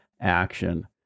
action